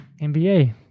NBA